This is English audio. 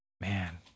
man